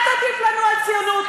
אל תטיף לנו על ציונות,